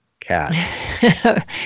cat